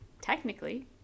technically